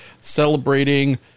celebrating